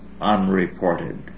unreported